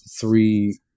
three